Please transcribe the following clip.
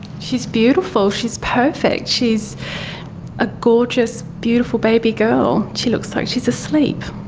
she's beautiful, she's perfect. she's a gorgeous, beautiful baby girl. she looks like she's asleep.